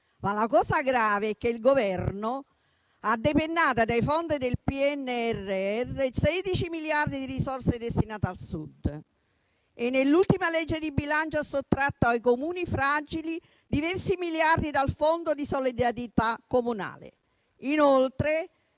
La cosa grave è che il Governo ha depennato dai fondi del PNRR sedici miliardi di risorse destinate al Sud e nell'ultima legge di bilancio ha sottratto ai Comuni fragili diversi miliardi dal Fondo di solidarietà comunale. Inoltre,